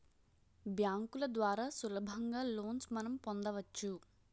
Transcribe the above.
బ్యాంకుల ద్వారా సులభంగా లోన్స్ మనం పొందవచ్చు